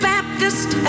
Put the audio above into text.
Baptist